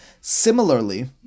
Similarly